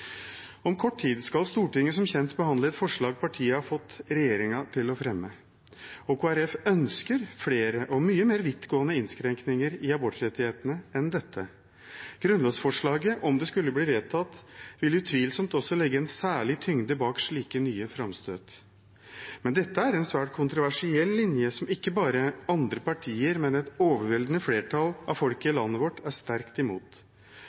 Om kort tid skal Stortinget som kjent behandle et forslag partiet har fått regjeringen til å fremme, for Kristelig Folkeparti ønsker flere og mye mer vidtgående innskrenkninger i abortrettighetene enn dette. Grunnlovsforslaget, om det skulle bli vedtatt, vil utvilsomt også legge en særlig tyngde bak slike nye framstøt. Men dette er en svært kontroversiell linje, som ikke bare andre partier, men også et overveldende flertall av folket i landet vårt, er sterkt imot.